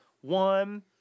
one